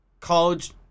college